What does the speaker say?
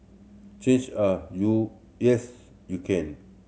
change are you yes you can